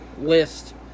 list